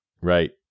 Right